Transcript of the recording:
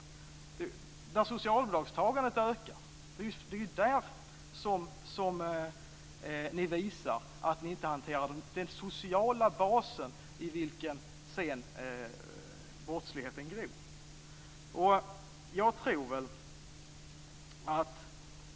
Det är när socialbidragstagandet ökar som ni visar att ni inte hanterar den sociala basen i vilken brottsligheten sedan gror.